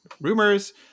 rumors